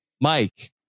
Mike